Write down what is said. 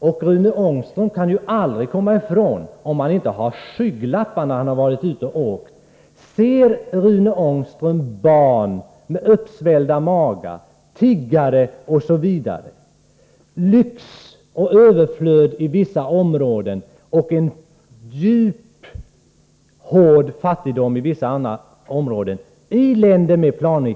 Om Rune Ångström inte haft skygglappar på sig när han varit ute och rest kan han inte komma ifrån att han i länder med planekonomi inte sett det som man ser i länder med marknadsekonomi: barn med av svält uppsvällda magar och tiggare, lyx och överflöd i vissa områden och en djup och hård fattigdom i vissa andra.